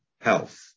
health